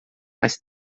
mas